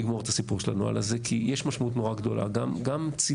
לגמור את הסיפור של הנוהל הזה כי יש משמעות נורא גדולה גם ציבורית,